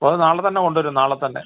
അപ്പോൾ അത് നാളത്തന്നെ കൊണ്ട് വരും നാളത്തന്നെ